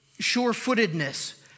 sure-footedness